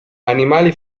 animali